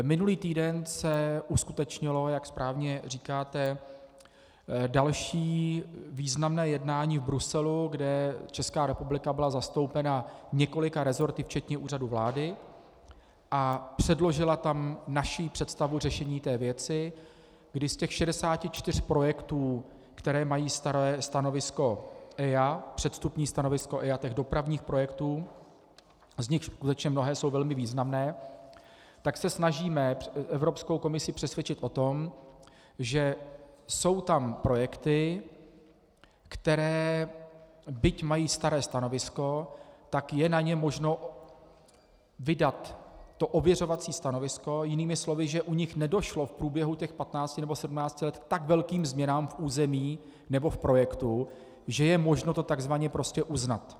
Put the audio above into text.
Minulý týden se uskutečnilo, jak správně říkáte, další významné jednání v Bruselu, kde Česká republika byla zastoupena několika resorty včetně Úřadu vlády a předložila tam naši představu řešení té věci, kdy z těch 64 projektů, které mají staré stanovisko EIA, předvstupní stanovisko EIA, těch dopravních projektů, z nichž skutečně mnohé jsou velmi významné, tak se snažíme Evropskou komisi skutečně přesvědčit o tom, že jsou tam projekty, na které, byť mají staré stanovisko, je možno vydat ověřovací stanovisko, jinými slovy že u nich nedošlo v průběhu těch 15 nebo 17 let k tak velkým změnám v území nebo v projektu, že je možno to tzv. prostě uznat.